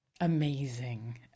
Amazing